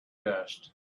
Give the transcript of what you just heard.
dust